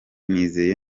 nizeye